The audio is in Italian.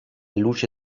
luce